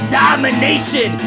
domination